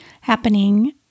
happening